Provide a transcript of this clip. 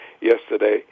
yesterday